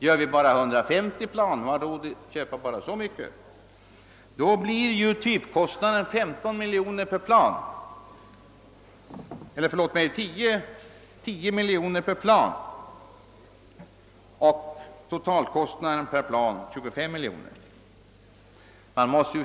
Har vi inte råd att skaffa mer än 150 plan, blir typkostnaden 10 miljoner per plan och totalkostnaden per plan 25 miljoner kronor.